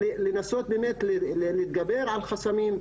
לנסות באמת להתגבר על חסמים,